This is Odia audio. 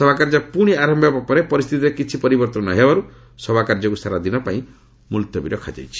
ସଭାକାର୍ଯ୍ୟ ପୁଣି ଆରମ୍ଭ ହେବା ପରେ ପରିସ୍ଥିତିରେ କିଛି ପରିବର୍ଭନ ନହେବାରୁ ସଭାକାର୍ଯ୍ୟକୁ ସାରାଦିନ ପାଇଁ ମୁଲତବୀ ରଖାଯାଇଛି